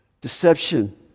Deception